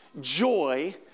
joy